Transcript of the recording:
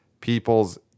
people's